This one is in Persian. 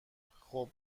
خوب